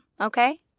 okay